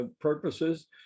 purposes